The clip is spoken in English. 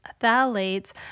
phthalates